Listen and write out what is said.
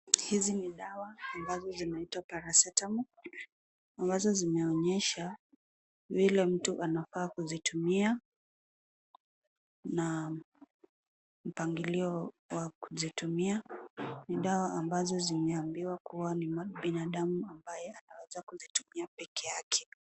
Hizi ni dawa ambazo zinaitwa Paracetamol ambazo zinaonyesha vile mtu anafaa kuzitumia na mpangilio wa kuzitumia. Ni dawa ambazo zimeambiwa kuwa ni binadamu ambaye anaweza kuzitumia peke yake.